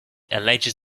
alleges